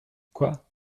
quoi